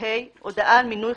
הודעה על מינוי